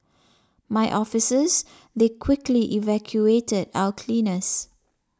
my officers they quickly evacuated our cleaners